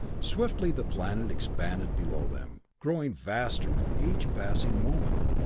swiftly the planet expanded below them growing vaster with each passing moment.